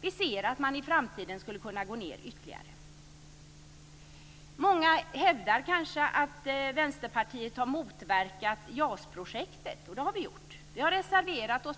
Vi ser att man i framtiden också skulle kunna gå ned ytterligare. Många hävdar kanske att Vänsterpartiet har motverkat JAS-projektet. Det har vi också gjort. Vi har bl.a. reserverat oss